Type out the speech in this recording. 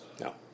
No